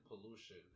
pollution